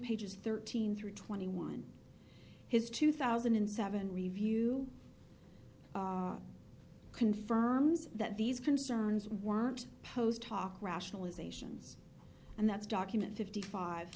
pages thirteen through twenty one his two thousand and seven review confirms that these concerns weren't posed talk rationalisations and that's document fifty five